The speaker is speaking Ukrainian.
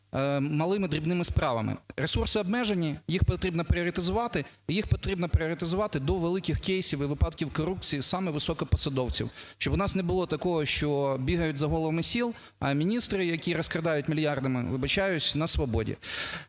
малими, дрібними справами. Ресурси обмежені. Їх потрібно пріоретизувати і їх потрібно пріоритезувати до великих кейсів і випадків корупції саме високопосадовців, щоб у нас не було такого, що бігають за головами сіл, а міністри, які розкрадають мільярди, вибачаюся, на свободі.